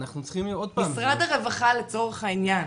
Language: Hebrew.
משרד הרווחה, לצורך העניין,